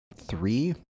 three